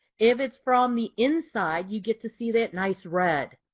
if it's from the inside you get to see that nice red.